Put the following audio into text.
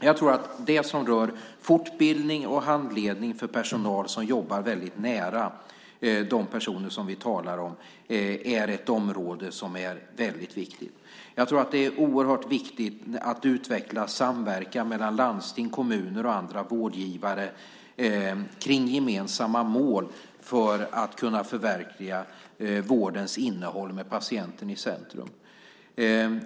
Jag tror att det som rör fortbildning och handledning för personal som jobbar väldigt nära de personer som vi talar om är ett område som är väldigt viktigt. Jag tror att det är oerhört viktigt att utveckla samverkan mellan landsting, kommuner och andra vårdgivare när det gäller gemensamma mål för att kunna förverkliga vårdens innehåll med patienten i centrum.